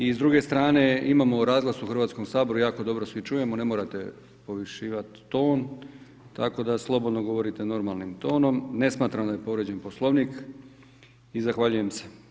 I s druge strane imamo razglas u Hrvatskom saboru, jako dobro svi čujemo, ne morate povisivati ton tako da slobodno govorite normalnim tonom, ne smatram daje povrijeđen Poslovnik i zahvaljujem se.